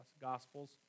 Gospels